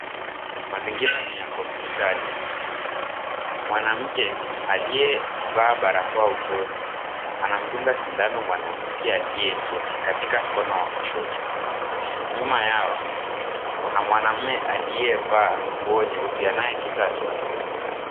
Mazingira ni ya hospitali. Mwanamke aliyevaa barakoa usoni anamdunga sindano mwanamke aliyeketi katika mkono wa kushoto. Nyuma yao kuna mwanaume aliyevaa nguo nyeusi anayepita akiwatazama.